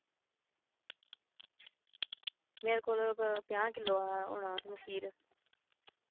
मेरे कोल पंजाह् किल्लो होना मखीर